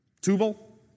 Tubal